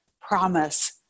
promise